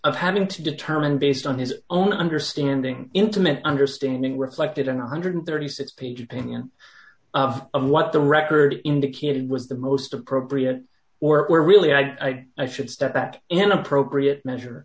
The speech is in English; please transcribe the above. of having to determine based on his own understanding intimate understanding reflected in one hundred and thirty six page opinion of what the record indicated was the most appropriate were really i i should step back in appropriate measure